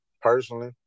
personally